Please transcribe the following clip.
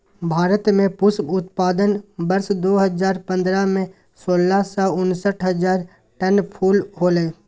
भारत में पुष्प उत्पादन वर्ष दो हजार पंद्रह में, सोलह सौ उनसठ हजार टन फूल होलय